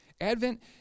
Advent